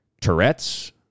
Tourette's